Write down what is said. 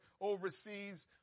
overseas